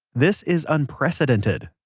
this is unprecedented.